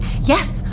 Yes